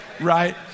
right